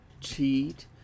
cheat